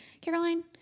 Caroline